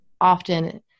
often